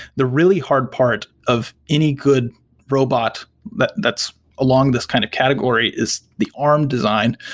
the really hard part of any good robot but that's along this kind of category is the arm design,